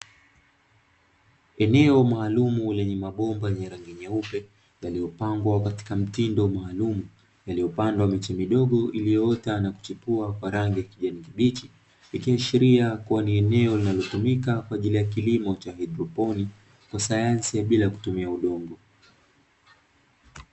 Eneo maalumu lenye mabomba yenye rangi nyeupe, yaliyopangwa katika mtindo maalumu. Yaliyopandwa miche midogo iliyokua na kuchipua kwa rangi ya kijani kibichi. Ikiashiria kuwa ni linalotumika kwa ajili ya kilimo haidroponi cha sayansi bila kutumia udongo.